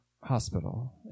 hospital